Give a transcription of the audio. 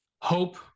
hope